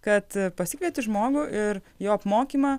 kad pasikvieti žmogų ir jo apmokymą